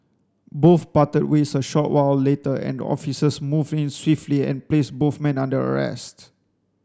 both parted ways a short while later and officers moved in swiftly and placed both men under arrest